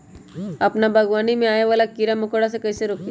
अपना बागवानी में आबे वाला किरा मकोरा के कईसे रोकी?